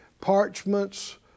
parchments